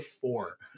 four